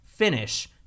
finish